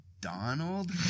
donald